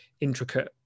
intricate